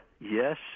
yes